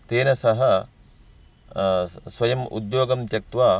तेन सह स्वयम् उद्योगं त्यक्त्वा